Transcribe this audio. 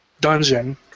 dungeon